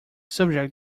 subject